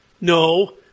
No